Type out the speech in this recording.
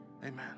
amen